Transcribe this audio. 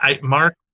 Mark